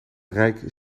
rijk